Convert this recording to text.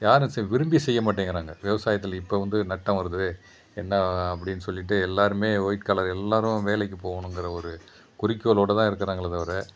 யாரும் ச விரும்பி செய்யமாட்டேங்கிறாங்க விவசாயத்தில் இப்போ வந்து நட்டம் வருது என்ன அப்படின் சொல்லிட்டு எல்லாருமே ஒயிட் கலர் எல்லாரும் வேலைக்கு போகணுங்கிற ஒரு குறிக்கோளோடதான் இருக்கிறாங்களே தவிர